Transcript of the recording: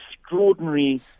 extraordinary